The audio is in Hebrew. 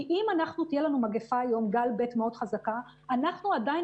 כי אם תהיה לנו מגיפה גל ב' מאוד חזקה אנחנו עדיין